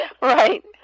Right